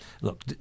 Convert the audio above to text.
look